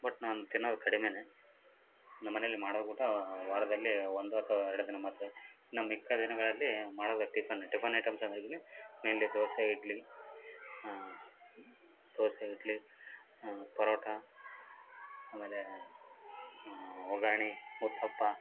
but ನಾನು ತಿನ್ನೋದು ಕಡಿಮೆಯೆ ನಮ್ಮ ಮನೆಲ್ಲಿ ಮಾಡೋಡು ಕೂಡ ವಾರದಲ್ಲಿ ಒಂದೋ ಅಥ್ವ ಎರ್ಡು ದಿನ ಮಾತ್ರ ಇನ್ನು ಮಿಕ್ಕ ದಿನಗಳಲ್ಲಿ ಮಾಡೋದೇ ಟಿಫನ್ ಟಿಫನ್ ಐಟಮ್ಸ್ ಅಂದರೆ ಮೇಯ್ನ್ಲಿ ದೋಸೆ ಇಡ್ಲಿ ದೋಸೆ ಇಡ್ಲಿ ಪರೋಟ ಆಮೇಲೆ ಒಗ್ಗರ್ಣೆ ಉತ್ತಪ್ಪ